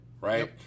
right